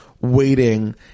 waiting